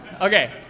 okay